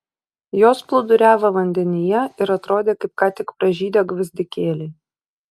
jos plūduriavo vandenyje ir atrodė kaip ką tik pražydę gvazdikėliai